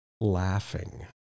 laughing